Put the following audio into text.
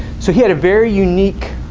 so he had a very unique